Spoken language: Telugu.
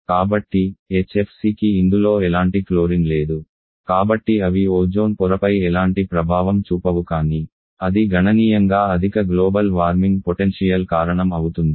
కాబట్టి HFCకి ఇందులో ఎలాంటి క్లోరిన్ లేదు కాబట్టి అవి ఓజోన్ పొరపై ఎలాంటి ప్రభావం చూపవు కానీ అది గణనీయంగా అధిక గ్లోబల్ వార్మింగ్ పొటెన్షియల్ కారణం అవుతుంది